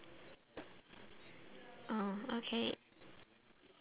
oh okay